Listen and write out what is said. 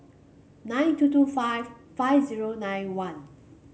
nine two two five five zero nine one